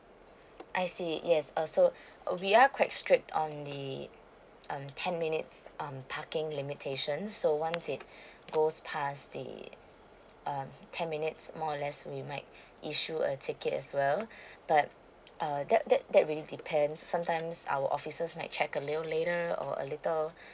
I see yes uh so uh we are quite strict on the um ten minutes um parking limitations so once it goes pass the um ten minutes more or less we might issue a ticket as well but uh that that that really depends sometimes our offices my check a little later or a little